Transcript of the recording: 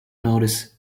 notice